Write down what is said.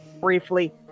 briefly